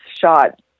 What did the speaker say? shot